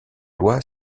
loi